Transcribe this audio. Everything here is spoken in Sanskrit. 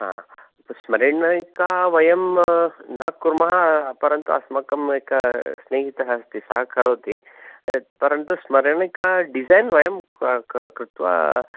हा स्मरणिका वयं न कुर्मः परन्तु अस्माकं एकः स्नेहितः अस्ति सः करोति परन्तु स्मरणिका डिसैन् वयं क् क् कृत्वा